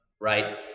right